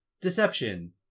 Deception